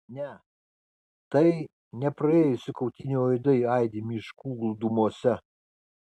ne tai ne praėjusių kautynių aidai aidi miškų glūdumose